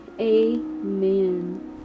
Amen